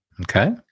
Okay